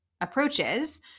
approaches